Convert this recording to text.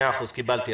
מאה אחוז, קיבלתי.